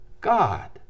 God